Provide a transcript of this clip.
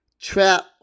trap